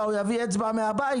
הוא יביא אצבע מהבית?